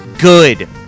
good